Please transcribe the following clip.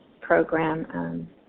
program